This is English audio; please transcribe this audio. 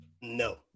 No